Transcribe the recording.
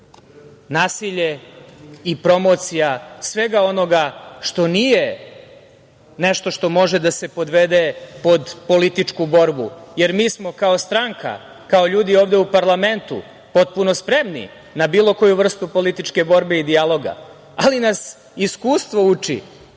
nasilje i promocija svega onoga što nije nešto što može da se podvede pod političku borbu. Mi smo kao stranka, kao ljudi, ovde u parlamentu, potpuno spremni na bilo koju vrstu političke borbe i dijaloga, ali nas iskustvo uči,